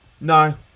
No